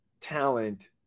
talent